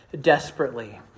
desperately